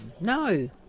No